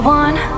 one